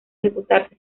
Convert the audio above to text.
ejecutarse